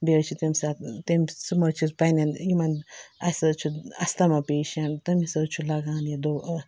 بیٚیہِ حظ چھِ تَمہِ ساتہٕ تٔمۍ تِم حظ چھِ أسۍ پنٛنٮ۪ن یِمَن اَسہِ حظ چھِ اَستَما پیشَنٛٹ تٔمِس حظ چھِ لگان یہِ دو